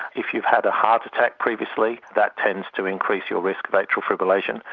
if you've had a heart attack previously, that tends to increase your risk of atrial fibrillation.